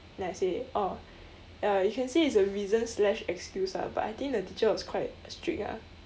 then I say oh ya you can say it's a reason slash excuse ah but I think the teacher was quite strict ah